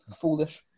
Foolish